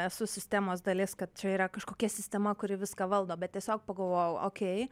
esu sistemos dalis kad čia yra kažkokia sistema kuri viską valdo bet tiesiog pagalvojau okei